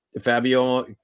fabio